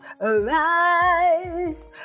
Arise